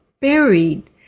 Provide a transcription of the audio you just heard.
buried